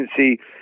agency